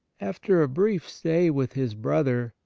after a brief stay with his brother,